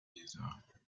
caesar